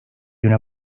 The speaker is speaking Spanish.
una